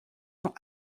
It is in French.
sont